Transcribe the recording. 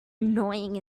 annoying